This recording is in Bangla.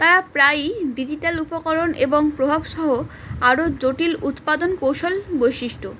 তারা প্রায়ই ডিজিটাল উপকরণ এবং প্রভাবসহ আরও জটিল উৎপাদন কৌশল বৈশিষ্ট্য